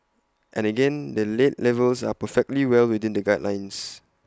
and again the lead levels are perfectly well within the guidelines